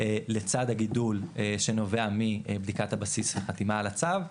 לצד הגידול שנובע מבדיקת הבסיס וחתימה על הצו,